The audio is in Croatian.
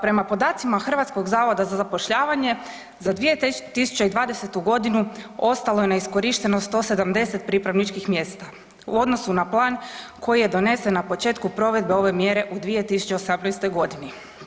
Prema podacima Hrvatskog zavoda za zapošljavanje za 2020. godinu ostalo je neiskorišteno 170 pripravničkih mjesta u odnosu na plan koji je donesen na početku provedbe ove mjere u 2018. godini.